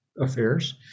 affairs